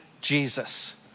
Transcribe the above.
Jesus